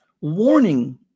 warning